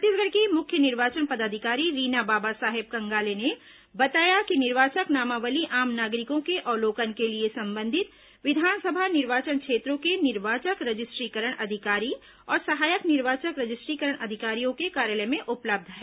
छत्तीसगढ़ की मुख्य निर्वाचन पदाधिकारी रीना बाबा साहेब कंगाले ने बताया कि निर्वाचक नामावली आम नागरिकों के अवलोकन के लिए संबंधित विधानसभा निर्वाचन क्षेत्रों के निर्वाचक रजिस्ट्र ीकरण अधिकारी और सहायक निर्वाचक रजिस्ट्र ी करण अधिकारियों के कार्यालय में उपलब्ध है